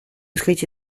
исходить